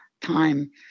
time